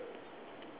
ya correct